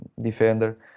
defender